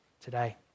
today